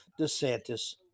DeSantis